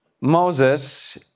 Moses